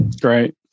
Great